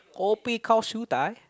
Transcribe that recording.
Kopi-Gao Siew-Dai